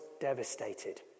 devastated